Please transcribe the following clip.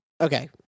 okay